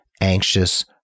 anxious